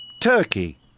Turkey